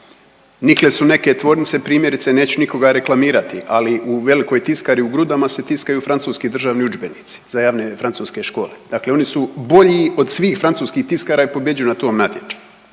nikle su neke tvornice, primjerice neću nikoga reklamirati, ali u velikoj tiskari u Grudama se tiskaju francuski državni udžbenici za javne francuske škole, dakle oni su bolji od svih francuskih tiskara i pobjeđuju na tom natječaju.